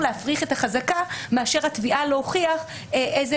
קל לו להפריך את החזקה מאשר הקביעה להוכיח איזה